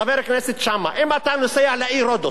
חבר הכנסת שאמה, אם אתה נוסע לעיר רודוס,